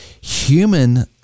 human